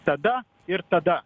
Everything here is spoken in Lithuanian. tada ir tada